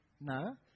No